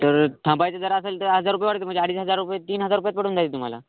तर थांबायचं जर असंल तर हजार रुपये वाढते म्हणजे अडीच हजार रुपये तीन हजार रुपयात पडून जाईल तुम्हाला